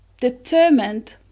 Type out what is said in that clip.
determined